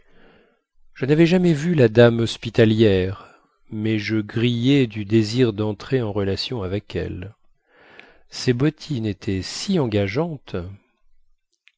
je navais jamais vu la dame hospitalière mais je grillais du désir dentrer en relations avec elle ses bottines étaient si engageantes